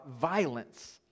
violence